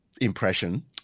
impression